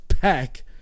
pack